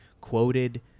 quoted